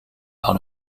par